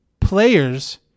players